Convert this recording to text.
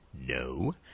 No